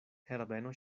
herbeno